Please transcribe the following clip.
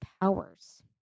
powers